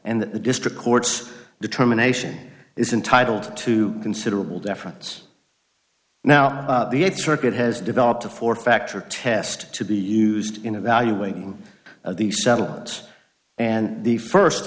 that the district court's determination is entitled to considerable deference now the eighth circuit has developed a fourth factor test to be used in evaluating these settlements and the first